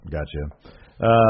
Gotcha